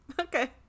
Okay